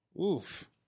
oof